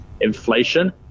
inflation